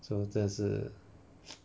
so 真的是